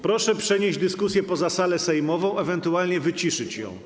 Proszę przenieść dyskusję poza salę sejmową, ewentualnie wyciszyć ją.